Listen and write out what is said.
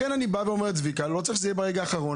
לכן, צביקה, לא צריך שזה יהיה ברגע האחרון.